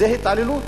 וזו התעללות.